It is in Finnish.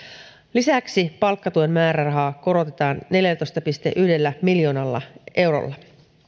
lisäksi palkkatuen määrärahaa korotetaan neljällätoista pilkku yhdellä miljoonalla eurolla